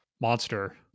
monster